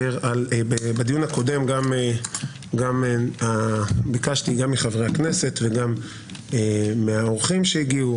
בדיון הקודם ביקשתי גם מחברי הכנסת וגם מהאורחים שהגיעו,